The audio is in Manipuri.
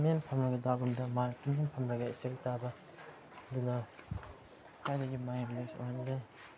ꯇꯨꯃꯤꯟ ꯐꯝꯂꯒ ꯇꯥꯕ ꯃꯇꯝꯗ ꯃꯥꯅ ꯇꯨꯃꯤꯟ ꯐꯝꯂꯒ ꯏꯁꯩ ꯇꯥꯕ ꯑꯗꯨꯅ ꯊꯥꯏꯅꯗꯤ ꯑꯣꯏꯍꯜꯂꯦ